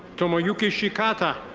tomoyuki shikata.